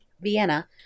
Vienna